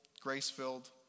grace-filled